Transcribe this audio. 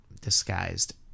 disguised